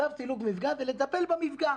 צו סילוק מפגע זה לטפל במפגע.